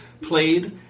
played